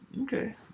Okay